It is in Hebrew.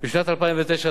בשנת 2009,